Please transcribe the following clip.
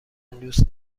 دوست